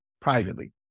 privately